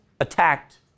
attacked